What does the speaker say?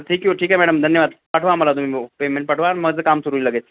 ठीक ठीक आहे मॅडम धन्यवाद पाठवा आम्हाला तुम्ही पेमेंट पाठवा मग काम सुरु होईल लगेच